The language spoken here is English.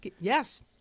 Yes